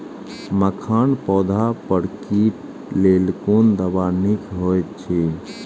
मखानक पौधा पर कीटक लेल कोन दवा निक होयत अछि?